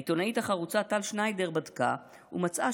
העיתונאית החרוצה טל שניידר בדקה ומצאה